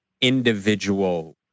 individual